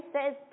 says